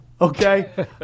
Okay